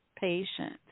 patient